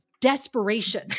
desperation